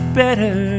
better